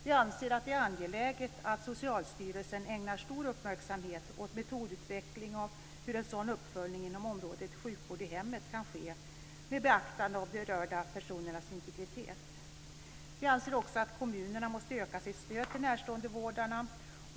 Vi anser att det är angeläget att Socialstyrelsen ägnar stor uppmärksamhet åt metodutveckling av hur en sådan uppföljning inom området sjukvård i hemmet kan ske med beaktande av de berörda personernas integritet. Vi anser också att kommunerna måste öka sitt stöd till närståendevårdarna.